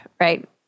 right